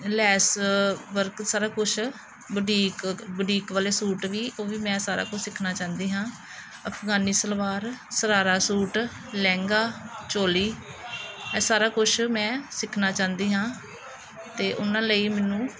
ਲੈਸ work ਸਾਰਾ ਕੁਛ boutique boutique ਵਾਲੇ ਸੂਟ ਵੀ ਉਹ ਵੀ ਮੈਂ ਸਾਰਾ ਕੁਝ ਸਿੱਖਣਾ ਚਾਹੁੰਦੀ ਹਾਂ ਅਫਗਾਨੀ ਸਲਵਾਰ ਸਰਾਰਾ ਸੂਟ ਲਹਿੰਗਾ ਚੋਲੀ ਇਹ ਸਾਰਾ ਕੁਛ ਮੈਂ ਸਿੱਖਣਾ ਚਾਹੁੰਦੀ ਹਾਂ ਅਤੇ ਉਹਨਾਂ ਲਈ ਮੈਨੂੰ